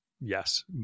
Yes